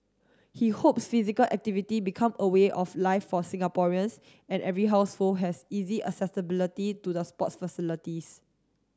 he hopes physical activity become a way of life for Singaporeans and every household has easy accessibility to the sports facilities